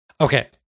Okay